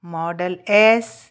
model S